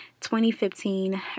2015